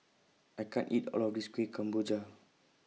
I can't eat All of This Kuih Kemboja